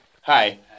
Hi